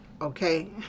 okay